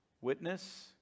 Witness